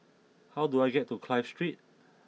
how do I get to Clive Street